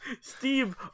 Steve